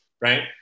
Right